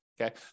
Okay